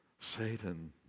Satan